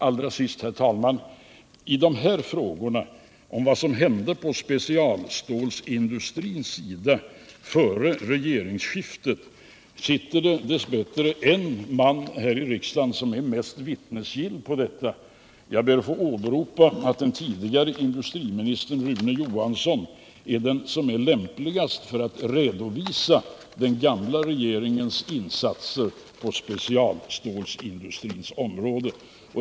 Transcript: Allra sist, herr talman, vill jag när det gäller vad som hände på specialstålindustrins område före regeringsskiftet hänvisa till att den man som är mest vittnesgill i det avseendet dess bättre sitter här i riksdagen. Den förre industriministern Rune Johansson är den som är lämpligast att redovisa den gamla regeringens insatser på specialstålindustrins område.